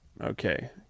Okay